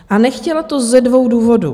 A nechtěla to ze dvou důvodů.